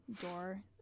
door